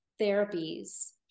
therapies